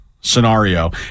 scenario